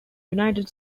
united